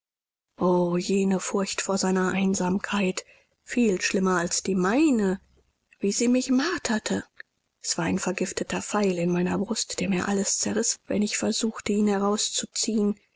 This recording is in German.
o jene furcht vor seiner vereinsamung viel schlimmer als meine eigene wie sie mich marterte es war ein vergifteter pfeil in meiner brust der mir alles zerriß wenn ich versuchte ihn herauszuziehen